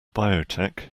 biotech